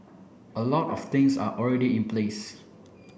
a lot of things are already in place